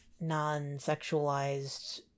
non-sexualized